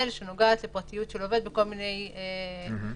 שנוגעת לפרטיות של עובד בכל מיני מצבים.